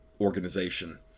organization